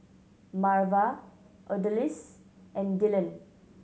Marva Odalys and Dylon